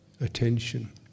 attention